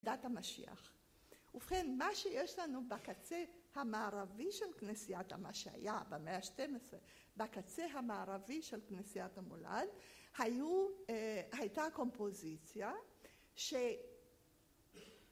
לידת המשיח. ובכן מה שיש לנו בקצה המערבי של כנסיית... המה שהיה במאה השתים עשרה, בקצה המערבי של כנסיית המולד היו אה... הייתה קומפוזיציה ש...